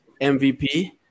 MVP